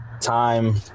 time